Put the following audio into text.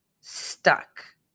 stuck